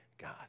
God